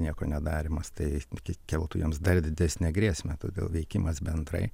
nieko nedarymas tai keltų jiems dar didesnę grėsmę todėl veikimas bendrai